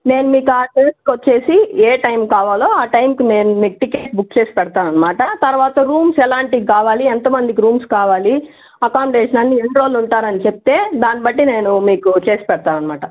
నేను మీకు ఆ డేస్కి వచ్చేసి ఏ టైమ్ కావాలో ఆ టైంకి నేను మీకు టికెట్ బుక్ చేసి పెడతాననమాట తర్వాత రూమ్స్ ఎలాంటివి కావాలి ఎంత మందికి రూమ్స్ కావాలి అకామీడేషన్ అన్ని ఎన్ని రోజులు ఉంటారో అని చెప్తే దాని బట్టి నేను మీకు చేసి పెడతాననమాట